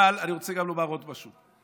אבל אני רוצה לומר עוד משהו.